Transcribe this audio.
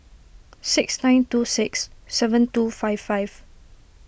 six nine two six seven two five five